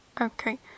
Okay